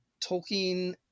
Tolkien